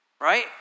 right